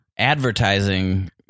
Advertising